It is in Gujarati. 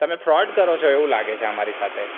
તમે ફ્રોડ કરો છો એવું લાગે છે અમારી સાથે